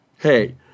Hey